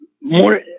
more